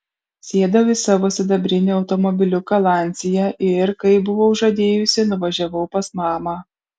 sėdau į savo sidabrinį automobiliuką lancia ir kaip buvau žadėjusi nuvažiavau pas mamą